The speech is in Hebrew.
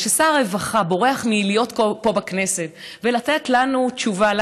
וכששר הרווחה בורח מלהיות פה בכנסת ולתת לנו תשובה,